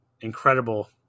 incredible